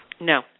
No